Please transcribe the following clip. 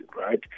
right